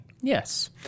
Yes